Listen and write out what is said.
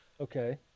Okay